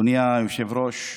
אדוני היושב-ראש,